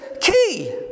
key